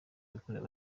yarakozwe